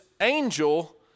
angel